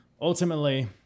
Ultimately